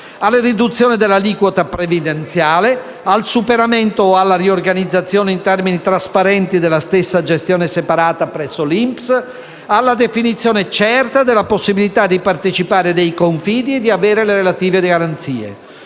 alla riduzione dell'aliquota previdenziale, al superamento o alla riorganizzazione in termini trasparenti della stessa gestione separata presso l'INPS, alla definizione certa della possibilità di partecipare dei Confidi e di avere le relative garanzie.